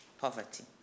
poverty